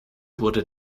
wurde